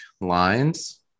lines